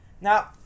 now